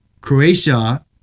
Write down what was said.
Croatia